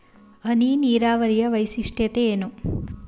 ಹನಿ ನೀರಾವರಿಯ ವೈಶಿಷ್ಟ್ಯತೆ ಏನು?